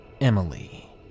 Emily